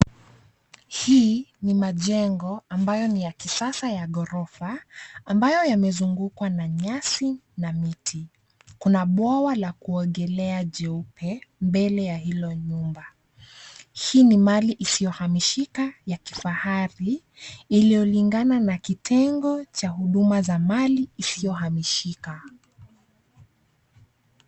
Hii ni majengo ambayo ni ya kisasa ya ghorofa, ambayo yamezungukwa na nyasi na miti. Kuna bwawa la kuogelea jeupe, mbele ya hilo nyumba. Hii ni mali isiyohamishika ya kifahari, iliyolingana na kitengo cha huduma za mali isiyohamishika.